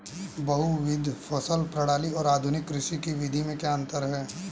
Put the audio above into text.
बहुविध फसल प्रणाली और आधुनिक कृषि की विधि में क्या अंतर है?